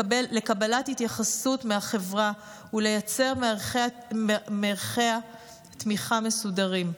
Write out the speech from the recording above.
לקבל התייחסות מהחברה ולייצר מערכי תמיכה מסודרים.